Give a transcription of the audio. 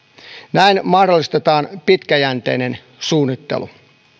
näin mahdollistetaan pitkäjänteinen suunnittelu